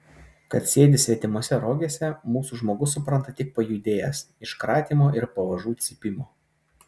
kad sėdi svetimose rogėse mūsų žmogus supranta tik pajudėjęs iš kratymo ir pavažų cypimo